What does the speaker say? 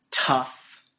tough